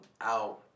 out